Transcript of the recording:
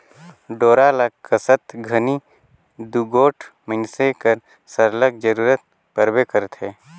डोरा ल कसत घनी दूगोट मइनसे कर सरलग जरूरत परबे करथे